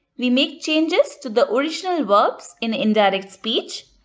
we make changes to the original verbs in indirect speech,